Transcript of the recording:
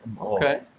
okay